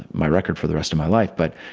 my record for the rest of my life. but,